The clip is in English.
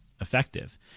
effective